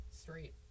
straight